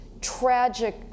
tragic